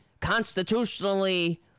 constitutionally